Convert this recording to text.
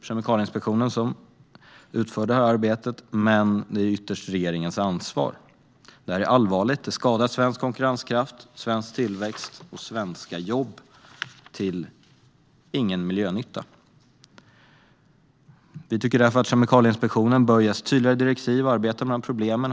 Kemikalieinspektionen har ansvaret för detta arbete, men ytterst är det regeringens ansvar. Detta är allvarligt då det skadar svensk konkurrenskraft, svensk tillväxt och svenska jobb till ingen miljönytta. Vi tycker därför att Kemikalieinspektionen bör ges tydligare direktiv att arbeta med dessa problem.